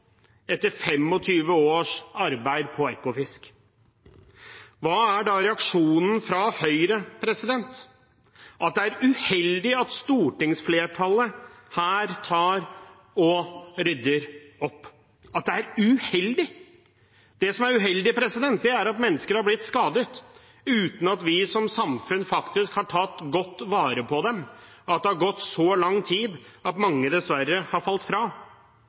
etter 25 års arbeid på Ekofisk. Hva er da reaksjonen fra Høyre? Jo, at det er uheldig at stortingsflertallet her rydder opp. At det er uheldig! Det som er uheldig, er at mennesker er blitt skadet uten at vi som samfunn faktisk har tatt godt vare på dem, at det har gått så langt tid at mange dessverre har falt fra.